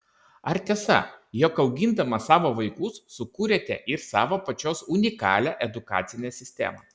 ar tiesa jog augindama savo vaikus sukūrėte ir savo pačios unikalią edukacinę sistemą